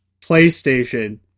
PlayStation